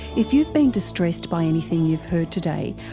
if you've been distressed by anything you've heard today,